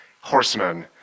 horsemen